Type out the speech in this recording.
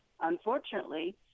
unfortunately